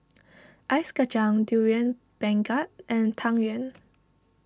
Ice Kachang Durian Pengat and Tang Yuen